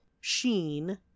Sheen